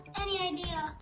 any idea?